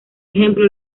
ejemplo